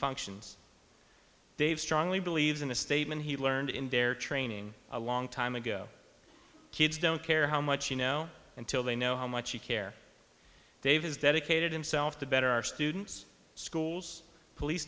functions dave strongly believes in a statement he learned in bear training a long time ago kids don't care how much you know until they know how much you care dave has dedicated himself to better our students schools police